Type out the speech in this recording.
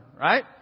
right